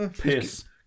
Piss